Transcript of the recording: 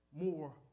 more